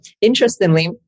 interestingly